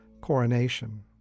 coronation